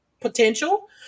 potential